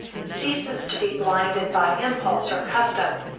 ceases to be blinded by impulse or custom,